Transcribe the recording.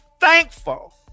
thankful